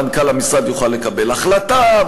מנכ"ל המשרד יוכל לקבל החלטה,